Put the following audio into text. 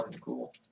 cool